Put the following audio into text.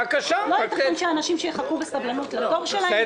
לא ייתכן שאנשים שיחכו בסבלנות לתור שלהם ---.